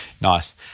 Nice